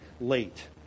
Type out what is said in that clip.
late